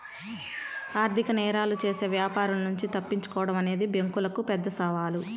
ఆర్థిక నేరాలు చేసే వ్యాపారుల నుంచి తప్పించుకోడం అనేది బ్యేంకులకు పెద్ద సవాలు